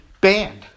banned